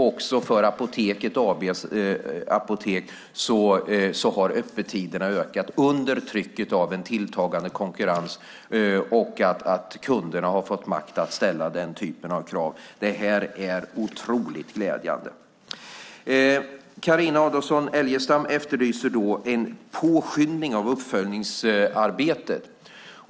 Också för Apoteket AB:s apotek har öppettiderna ökat under trycket av en tilltagande konkurrens och att kunderna har fått makt att ställa den typen av krav. Det är otroligt glädjande. Carina Adolfsson Elgestam efterlyser en påskyndning av uppföljningsarbetet.